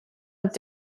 have